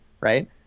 right